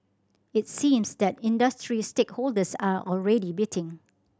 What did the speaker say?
it seems that industry stakeholders are already biting